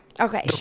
Okay